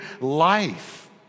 life